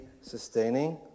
sustaining